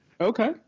Okay